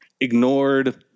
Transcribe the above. ignored